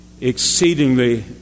exceedingly